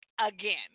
again